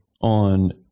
on